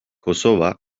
kosova